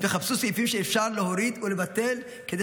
וחפשו סעיפים שאפשר להוריד ולבטל כדי